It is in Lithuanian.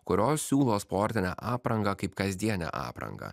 kurios siūlo sportinę aprangą kaip kasdienę aprangą